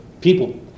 people